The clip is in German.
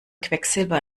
quecksilber